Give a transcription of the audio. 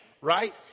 right